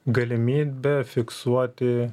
galimybė fiksuoti